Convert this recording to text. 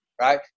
right